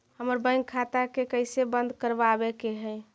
हमर बैंक खाता के कैसे बंद करबाबे के है?